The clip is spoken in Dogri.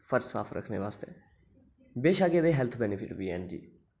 घर साफ रक्खने वास्तै बशक्क एह्दे हैल्थ बैनिफेट बी ऐ न जी